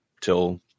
till